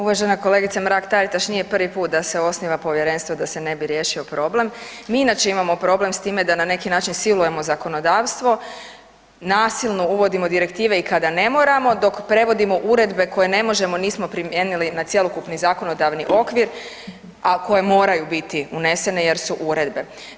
Uvažena kolegice Mrak Taritaš nije prvi put da se osniva povjerenstvo da se ne bi riješio problem, mi inače imamo problem s time da na neki način silujemo zakonodavstvo, nasilno uvodimo direktive i kada ne moramo dok prevodimo uredbe koje ne možemo, nismo primijenili na cjelokupni zakonodavni okvir, a koje moraju biti unesene jer su uredbe.